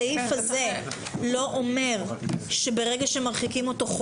הסעיף הזה לא אומר שברגע שמרחיקים אותו,